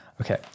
okay